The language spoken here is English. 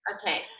Okay